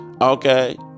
Okay